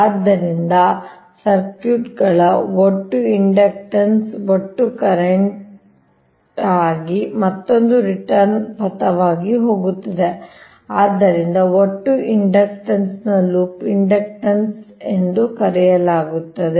ಆದ್ದರಿಂದ ಸರ್ಕ್ಯೂಟ್ಗಳ ಒಟ್ಟು ಇಂಡಕ್ಟನ್ಸ್ ಒಂದು ಕರೆಂಟ್ ಆಗಿ ಮತ್ತೊಂದು ರಿಟರ್ನ್ ಪಥವಾಗಿ ಹೋಗುತ್ತದೆ ಆದ್ದರಿಂದ ಒಟ್ಟು ಇಂಡಕ್ಟನ್ಸ್ ಅನ್ನು ಲೂಪ್ ಇಂಡಕ್ಟನ್ಸ್ ಎಂದು ಕರೆಯಲಾಗುತ್ತದೆ